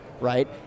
Right